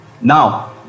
now